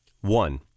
One